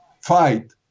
fight